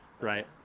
Right